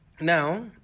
Now